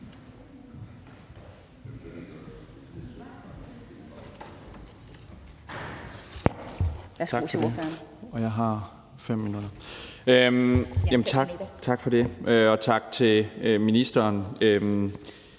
Tak for det, og tak til ministeren.